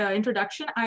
introduction